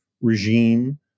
regime